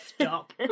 Stop